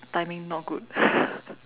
timing not good